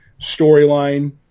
storyline